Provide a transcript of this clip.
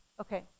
Okay